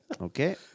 okay